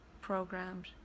programmed